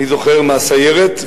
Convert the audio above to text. אני זוכר מהסיירת,